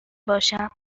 باشم